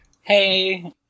Hey